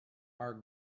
are